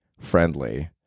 friendly